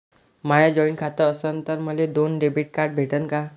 माय joint खातं असन तर मले दोन डेबिट कार्ड भेटन का?